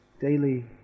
daily